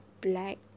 black